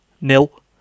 Nil